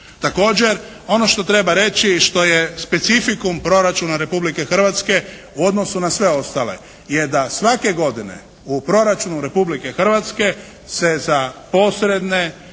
Također ono što treba reći i što je specifikum proračuna Republike Hrvatske u odnosu na sve ostale je da svake godine u proračunu Republike Hrvatske se za posredne